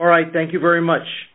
all right thank you very much